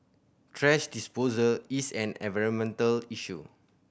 thrash disposal is an environmental issue